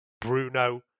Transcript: Bruno